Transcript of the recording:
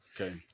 okay